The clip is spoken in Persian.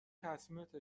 تصمیمت